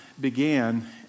began